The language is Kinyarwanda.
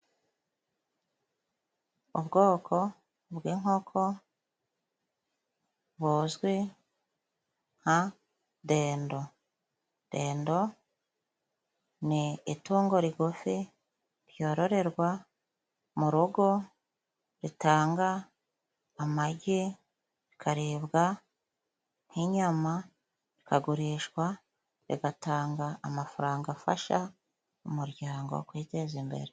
Ubwoko bw'inkoko buzwi nka dendo, dendo ni itungo rigufi ryororerwa mu rugo ritanga amagi rikaribwa nk'inyama, rikagurishwa rigatanga amafaranga afasha umuryango kwiteza imbere.